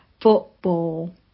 football